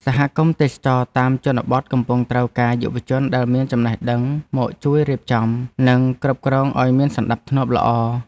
សហគមន៍ទេសចរណ៍តាមជនបទកំពុងត្រូវការយុវជនដែលមានចំណេះដឹងមកជួយរៀបចំ និងគ្រប់គ្រងឱ្យមានសណ្តាប់ធ្នាប់ល្អ។